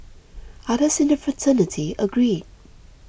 others in the fraternity agreed